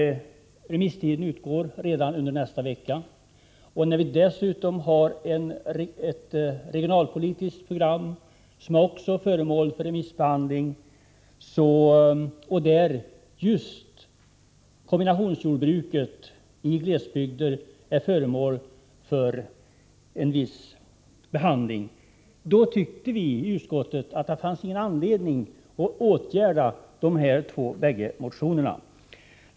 Remisstiden utgår redan nästa vecka. I det andra fallet är det fråga om ett regionalpolitiskt program, som också är föremål för remissbehandling och där just kombinationsjordbruket i glesbygder tas upp. Vi tyckte därför i utskottet att det inte fanns någon anledning att åtgärda de båda motionerna.